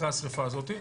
אחרי השריפה הזאת,